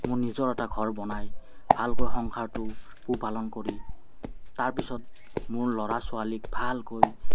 মোৰ নিজৰ এটা ঘৰ বনাই ভালকৈ সংসাৰটো পোহ পালন কৰি তাৰপিছত মোৰ ল'ৰা ছোৱালীক ভালকৈ